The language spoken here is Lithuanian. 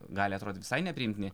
gali atrodyt visai nepriimtini